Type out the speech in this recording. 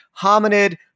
hominid